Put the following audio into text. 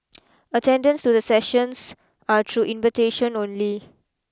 attendance to the sessions are through invitation only